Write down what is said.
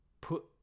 put